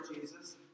Jesus